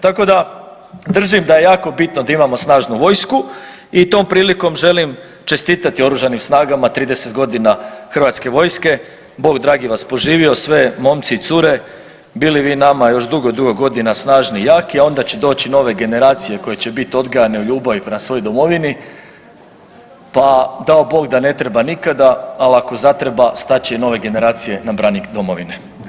Tako da držim da je jako bitno da imamo snažnu vojsku i tom prilikom želim čestitati Oružanim snagama 30. godina Hrvatske vojske, Bog dragi vas poživio sve, momci i cure, bili vi nama još dugo, dugo godina snažni i jaki, a onda će doći nove generacije koje će biti odgajane u ljubavi prema svojoj domovini pa, dao Bog da ne treba nikada, ali ako zatreba, stat će i nove generacije na branik domovine.